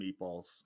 meatballs